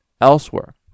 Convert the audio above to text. elsewhere